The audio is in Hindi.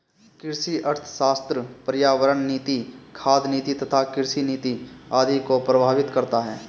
कृषि अर्थशास्त्र पर्यावरण नीति, खाद्य नीति तथा कृषि नीति आदि को प्रभावित करता है